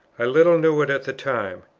i little knew it at the time.